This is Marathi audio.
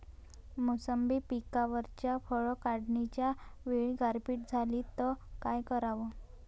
मोसंबी पिकावरच्या फळं काढनीच्या वेळी गारपीट झाली त काय कराव?